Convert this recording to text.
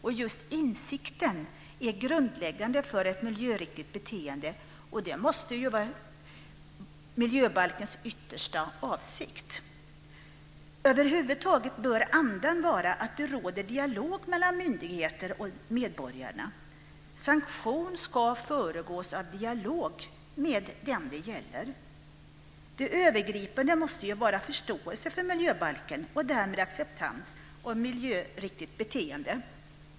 Just insikten är grundläggande för ett miljöriktigt beteende. Och det måste ju vara miljöbalkens yttersta avsikt. Över huvud taget bör andan vara att det råder dialog mellan myndigheterna och medborgarna. Sanktion ska föregås av dialog med den det gäller. Det övergripande måste vara förståelse för miljöbalken och därmed acceptans och miljöriktigt beteende.